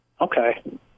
okay